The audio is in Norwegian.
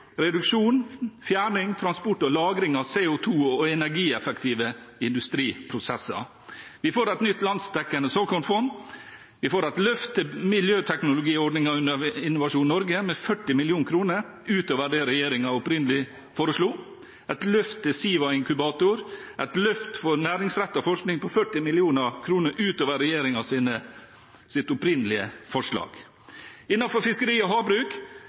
reduksjon, fjerning, transport og lagring av CO2 og energieffektive industriprosesser. Vi får et nytt landsdekkende såkornfond. Vi får et løft for miljøteknologiordningen under Innovasjon Norge, med 40 mill. kr utover det regjeringen opprinnelig foreslo. Vi får et løft for Sivas inkubator- og innovasjonsprogram, og vi får et løft for næringsrettet forskning på 40 mill. kr utover regjeringens opprinnelige forslag. Innenfor fiskeri og havbruk